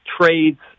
trades